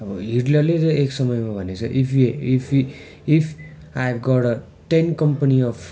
अब हिटलरले त एक समयमा भनेको छ if you if I if I have got a ten company of